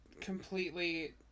completely